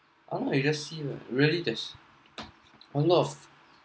I don't know you just see lah really there's a lot of